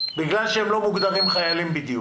בגלל שהם לא מוגדרים בודד חיילים?